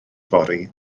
fory